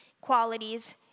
qualities